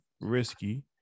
risky